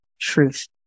truth